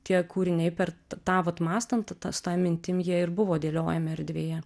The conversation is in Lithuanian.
tie kūriniai per tą vat mąstant ta su ta mintim jie ir buvo dėliojami erdvėje